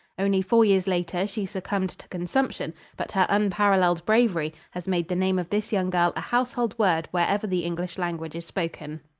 only four years later she succumbed to consumption, but her unparalleled bravery has made the name of this young girl a household word wherever the english language is spoken.